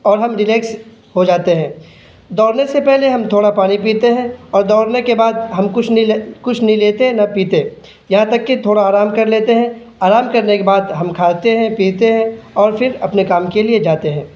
اور ہم ریلیکس ہو جاتے ہیں دوڑنے سے پہلے ہم تھوڑا پانی پیتے ہیں اور دوڑنے کے بعد ہم کچھ نہیں کچھ نہیں لیتے نہ پیتے یہاں تک کہ تھوڑا آرام کر لیتے ہیں آرام کرنے کے بعد ہم کھاتے ہیں پیتے ہیں اور پھر اپنے کام کے لیے جاتے ہیں